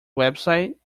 website